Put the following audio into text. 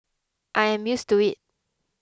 I am used to it